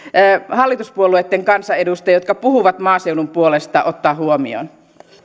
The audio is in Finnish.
hallituspuolueitten kansanedustajien jotka puhuvat maaseudun puolesta ottaa huomioon